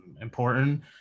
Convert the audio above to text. important